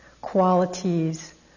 qualities